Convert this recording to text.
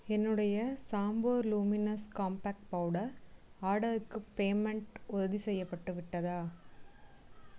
என்னுடைய Chambor luminous compact powder ஆர்டர்க்கு payment உறுதிசெய்யப்பட்டு விட்டதா